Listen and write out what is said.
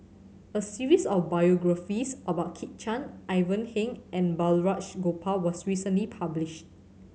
a series of biographies about Kit Chan Ivan Heng and Balraj Gopal was recently published